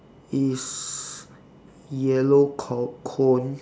it's yellow co~ cone